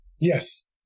Yes